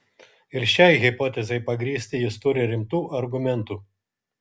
ir šiai hipotezei pagrįsti jis turi rimtų argumentų